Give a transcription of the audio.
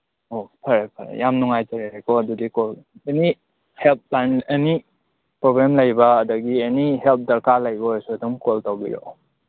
ꯑꯣ ꯐꯔꯦ ꯐꯔꯦ ꯌꯥꯝ ꯅꯨꯡꯉꯥꯏꯖꯔꯦꯀꯣ ꯑꯗꯨꯗꯤ call any help line any problem ꯂꯩꯕ ꯑꯗꯒꯤ ꯑꯦꯅꯤ ꯍꯦꯜꯞ ꯗꯔꯀꯥꯔ ꯂꯩꯕ ꯑꯣꯏꯔꯁꯨ ꯑꯗꯨꯝ ꯀꯣꯜ ꯇꯧꯕꯤꯔꯛꯑꯣ